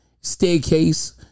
staircase